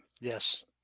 Yes